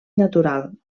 natural